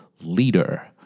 leader